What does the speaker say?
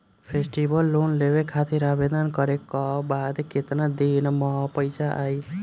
Festival loan लेवे खातिर आवेदन करे क बाद केतना दिन म पइसा आई?